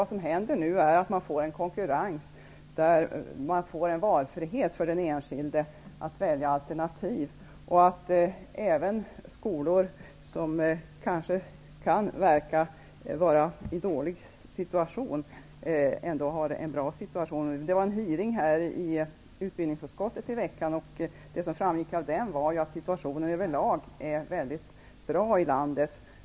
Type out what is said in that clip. Vad som händer nu är att man får en konkurrens, där man får en valfrihet för den enskilde att välja mellan olika alternativ. Även skolor som kanske verkar vara i dålig situation kan ändå få en bra situation. Det var en utfrågning i utbildningsutskottet i veckan. Av den framgick att situationen överlag är väldigt bra i landet.